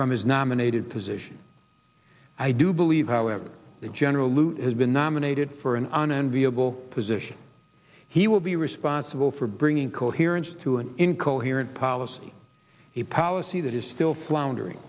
from his nominated position i do believe however that general lute has been nominated for an unenviable position he will be responsible for bringing coherence to an incoherent policy a policy that is still floundering